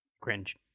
Cringe